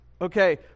okay